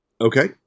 Okay